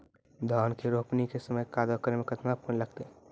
धान के रोपणी के समय कदौ करै मे केतना पानी लागतै?